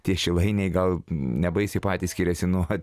tie šilainiai gal nebaisiai patys skiriasi nuo